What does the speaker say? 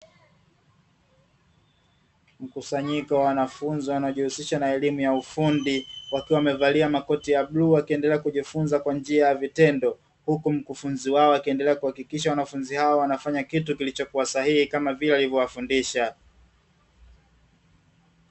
Mkusanyiko wa wanafunzi wanaojihusisha na elimu ya ufundi wakiwa wamevalia makoti ya bluu wakiendelea kujifunza kwa njia ya vitendo, huku mkufunzi wao akiendelea kuhakikisha wanafunzi wake wanafanya kitu kilichokua sahihi kama vile alivyowafundisha.